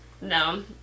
No